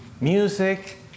music